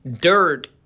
dirt